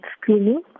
screening